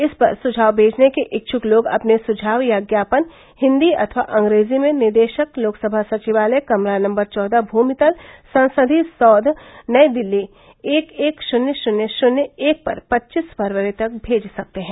इस पर सुझाव भेजने के इच्छ्क लोग अपने सुझाव या ज्ञापन हिंदी अथवा अंग्रेजी में निदेशक लोकसभा सचिवालय कमरा नम्बर चौदह भूमितल संसदीय सौध नई दिल्ली एक एक श्र्न्य श्र्न्य श्र्न्य एक पर पच्चीस फरवरी तक भेज सकते हैं